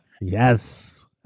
Yes